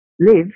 live